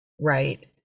right